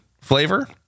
flavor